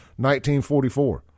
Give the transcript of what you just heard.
1944